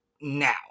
now